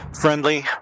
Friendly